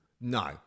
No